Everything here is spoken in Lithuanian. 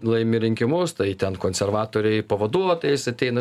laimi rinkimus tai ten konservatoriai pavaduotojais ateina